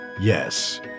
Yes